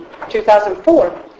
2004